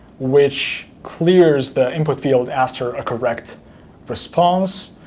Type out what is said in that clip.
which clears the input field after a correct response.